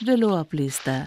vėliau apleista